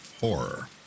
horror